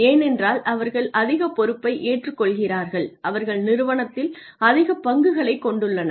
ஏனென்றால் அவர்கள் அதிக பொறுப்பை ஏற்றுக்கொள்கிறார்கள் அவர்கள் நிறுவனத்தில் அதிக பங்குகளைக் கொண்டுள்ளனர்